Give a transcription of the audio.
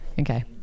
Okay